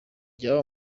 jya